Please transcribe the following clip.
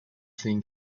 thing